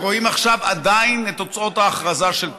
ורואים עכשיו עדיין את תוצאות ההכרזה של טראמפ.